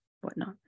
whatnot